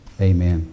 Amen